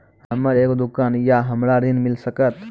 हमर एगो दुकान या हमरा ऋण मिल सकत?